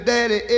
Daddy